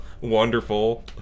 wonderful